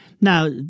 Now